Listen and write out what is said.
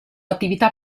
attività